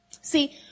See